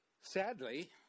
sadly